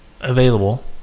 available